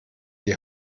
die